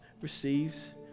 receives